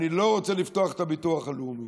אני לא רוצה לפתוח את הביטוח הלאומי.